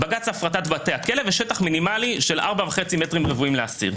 בג"ץ הפרטת בתי הכלא בשטח מינימלי של 4.5 מ"ר לאסיר.